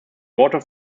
water